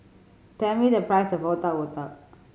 tell me the price of Otak Otak